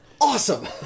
Awesome